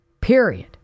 Period